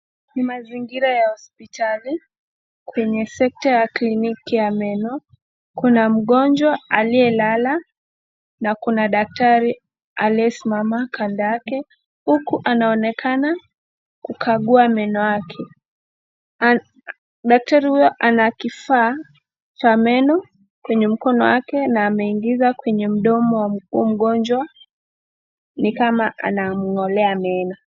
Ni mazingira ya hosipitali kwenye sekta ya kliniki ya meno. Kuna mgonjwa aliyelala na kuna daktari aliyesimama kando yake huku anaonekana kukagua meno wake. Daktari huyo ana kifaa cha meno kwenye mkono wake na ameingiza kwenye mdomo wa mgonjwa ni kama anamngolea meno.